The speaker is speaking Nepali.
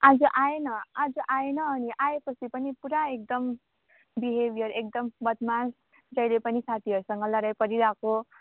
आज आएन आज आएन अनि आएपछि पनि पुरा एकदम बिहेबिएर एकदम बदमास जहिले पनि साथीहरूसँग लडाइ परिरहेको